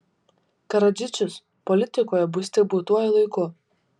karadžičius politikoje bus tik būtuoju laiku